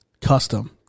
Custom